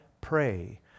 pray